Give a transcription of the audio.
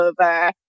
over